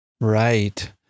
Right